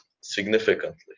significantly